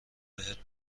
بهت